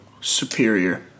Superior